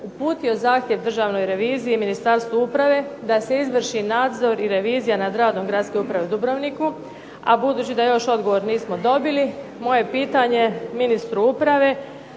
uputio zahtjev Državnoj reviziji i Ministarstvu uprave da se izvrši nadzor i revizija nad radom gradske uprave u Dubrovniku, a budući da još odgovor nismo dobili moje pitanje ministru uprave